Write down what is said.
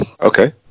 Okay